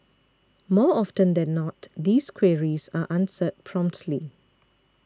more often than not these queries are answered promptly